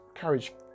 carriage